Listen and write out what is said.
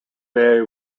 bay